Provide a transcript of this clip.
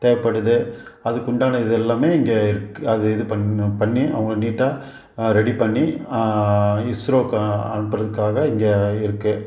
தேவைப்படுது அதுக்குண்டான இது எல்லாமே இங்கே இருக் அது இது பண் பண்ணி அவங்க நீட்டாக ரெடி பண்ணி இஸ்ரோவுக்கு அனுப்புறதுக்காக இங்கே இருக்குது